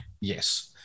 Yes